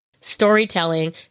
storytelling